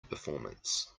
performance